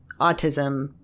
autism